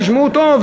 תשמעו טוב,